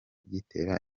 gitera